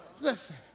Listen